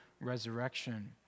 resurrection